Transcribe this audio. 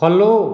follow